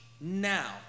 now